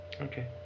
okay